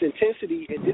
intensity